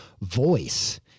voice